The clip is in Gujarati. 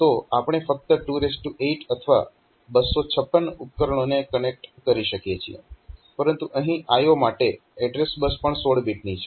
તો આપણે ફક્ત 28 અથવા 256 ઉપકરણોને કનેક્ટ કરી શકીએ છીએ પરંતુ અહીં IO માટે એડ્રેસ બસ પણ 16 બીટની છે